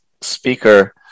speaker